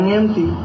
empty